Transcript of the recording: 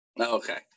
Okay